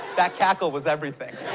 that cackle was everything.